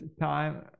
time